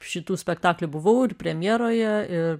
šitų spektaklių buvau ir premjeroje ir